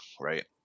right